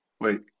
Wait